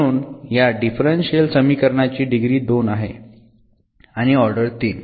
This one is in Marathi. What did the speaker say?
म्हणून या डिफरन्शियल समीकरणाची डिग्री 2 आहे आणि ऑर्डर 3